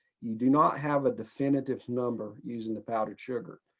you do not have a definitive number using the powdered sugar.